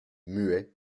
muets